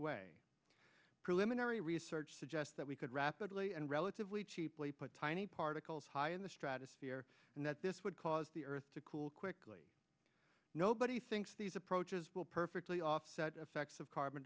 preliminary research suggests that we could rapidly and relatively cheaply put tiny particles high in the stratosphere and that this would cause the earth to cool quickly nobody thinks these approaches will perfectly offset effects of carbon